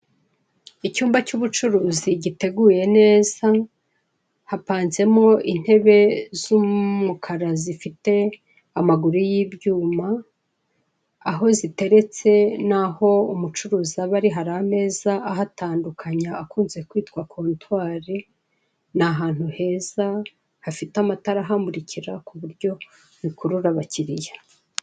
Icyumba cy'ubucuruzi giteguye neza, hapanzemo intebe z'umukara zifite amaguru y'ibyuma, aho ziteretse n'aho umucuruzi aba ari, hari ameza ahatandukanya akunze kwitwa kontwari, ni ahantu heza, hafite amatara ahamurikira ku buryo bikurura abakiriya.